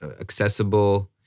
accessible